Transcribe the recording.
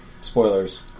Spoilers